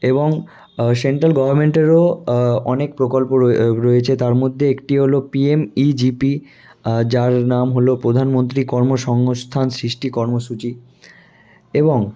এবং সেন্ট্রাল গভর্মেন্টেরও অনেক প্রকল্প রো রয়েছে তার মধ্যে একটি হলো P M E G P যার নাম হলো প্রধানমন্ত্রী কর্মসংস্থান সৃষ্টি কর্মসূচী এবং